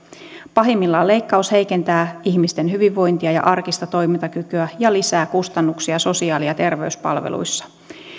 pahimmillaan leikkaus heikentää ihmisten hyvinvointia ja arkista toimintakykyä ja lisää kustannuksia sosiaali ja terveyspalveluissa